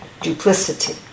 duplicity